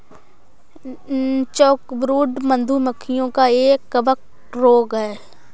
chalkbrood, मधु मक्खियों का एक कवक रोग है